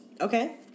Okay